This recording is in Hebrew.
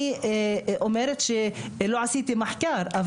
לא עשיתי מחקר,